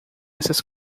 essas